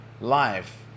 life